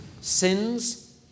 Sins